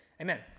Amen